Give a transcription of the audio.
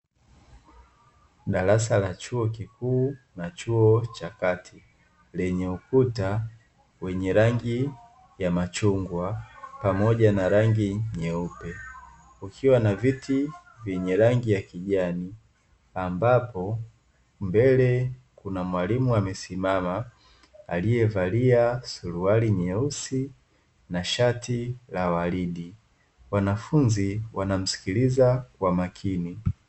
Darasa la chuo kikuu na chuo cha kati, lenye ukuta wenye rangi ya machungwa pamoja na rangi nyeupe, ukiwa na viti vyenye rangi ya kijani, ambapo mbele kuna mwalimu amesimama aliyevalia suruali nyeusi na shati la waridi, wanafunzi wanamsikiliza kwa makini.